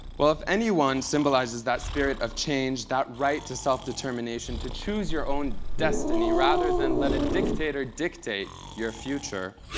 well, if anyone symbolizes that spirit of change, that right to self-determination to choose your own destiny rather than let a dictator dictate your future,